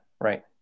right